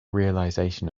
realization